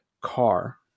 car